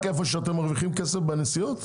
רק היכן שאתם מרוויחים כסף בנסיעות?